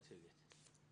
מצגת.